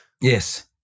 Yes